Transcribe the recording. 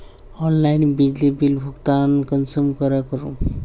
Online बिजली bill भुगतान कुंसम करे करूम?